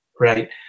right